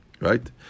Right